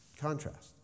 Contrast